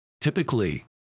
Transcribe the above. Typically